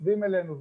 כותבים אלינו וכו',